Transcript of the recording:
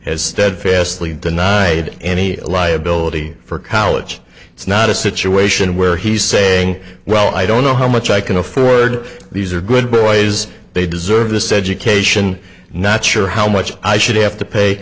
has steadfastly denied any liability for college it's not a situation where he's saying well i don't know how much i can afford these are good boys they deserve this education not sure how much i should have to pay